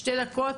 שתי דקות,